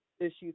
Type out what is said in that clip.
issues